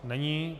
Není.